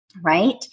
Right